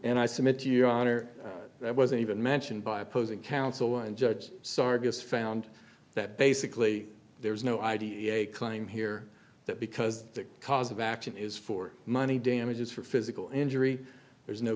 honor that wasn't even mentioned by opposing counsel and judge sarvis found that basically there's no idea claim here that because the cause of action is for money damages for physical injury there's no